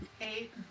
Eight